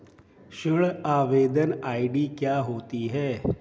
ऋण आवेदन आई.डी क्या होती है?